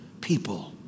people